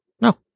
No